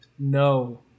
no